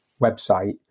website